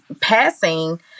passing